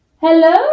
Hello